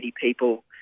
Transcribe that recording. people